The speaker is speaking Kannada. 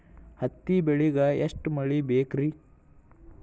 ಹತ್ತಿ ಬೆಳಿಗ ಎಷ್ಟ ಮಳಿ ಬೇಕ್ ರಿ?